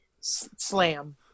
Slam